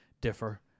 differ